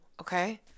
okay